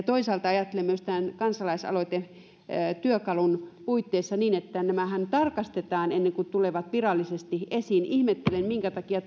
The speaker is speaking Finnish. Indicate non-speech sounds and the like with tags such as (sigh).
(unintelligible) toisaalta ajattelen myös tämän kansalaisaloitetyökalun puitteissa niin että nämähän tarkastetaan ennen kuin tulevat virallisesti esiin ihmettelen minkä takia (unintelligible)